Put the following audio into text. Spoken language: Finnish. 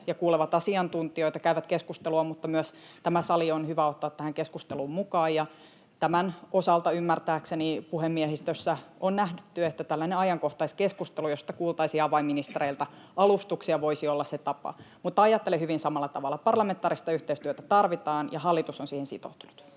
ja kuulevat asiantuntijoita, käyvät keskustelua — mutta myös tämä sali on hyvä ottaa tähän keskusteluun mukaan, ja tämän osalta ymmärtääkseni puhemiehistössä on nähty, että tällainen ajankohtaiskeskustelu, jossa kuultaisiin avainministereiltä alustuksia, voisi olla se tapa. Mutta ajattelen hyvin samalla tavalla: parlamentaarista yhteistyötä tarvitaan, ja hallitus on siihen sitoutunut.